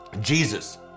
Jesus